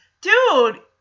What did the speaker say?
dude